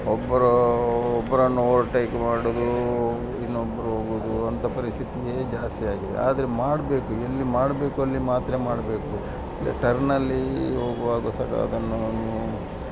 ಒಬ್ಬರು ಒಬ್ಬರನ್ನು ಓವರ್ಟೇಕ್ ಮಾಡುವುದು ಇನ್ನೊಬ್ಬರು ಹೋಗುವುದು ಅಂತಹ ಪರಿಸ್ಥಿತಿಯೇ ಜಾಸ್ತಿ ಆಗಿದೆ ಆದರೆ ಮಾಡಬೇಕು ಎಲ್ಲಿ ಮಾಡಬೇಕು ಅಲ್ಲಿ ಮಾತ್ರ ಮಾಡಬೇಕು ಈಗ ಟರ್ನಲ್ಲಿ ಹೋಗುವಾಗ ಸಹ ಅದನ್ನು